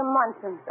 Munson